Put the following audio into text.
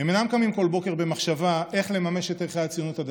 הם אינם קמים כל בוקר במחשבה איך לממש את ערכי הציונות הדתית,